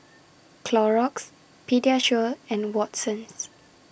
Clorox Pediasure and Watsons